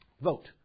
vote